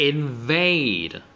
Invade